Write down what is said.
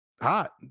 hot